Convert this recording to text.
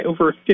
over